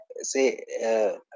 say